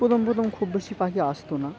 প্রথম প্রথম খুব বেশি পাখি আসত না